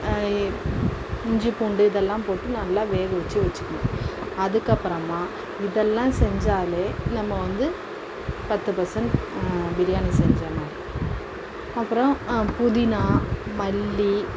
இஞ்சி பூண்டு இதெல்லாம் போட்டு நல்லா வேக வைச்சு வைச்சுக்கணும் அதுக்கப்புறமா இதெல்லாம் செஞ்சாலே நம்ம வந்து பத்து பர்சன்ட் பிரியாணி செஞ்சிடலாம் அப்புறம் புதினா மல்லி